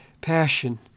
passion